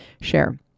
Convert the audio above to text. share